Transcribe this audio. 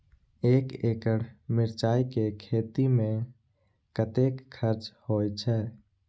एक एकड़ मिरचाय के खेती में कतेक खर्च होय छै?